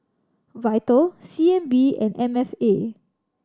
Vital C N B and M F A